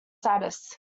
status